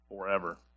forever